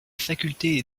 faculté